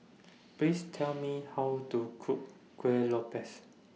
Please Tell Me How to Cook Kueh Lopes